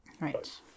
right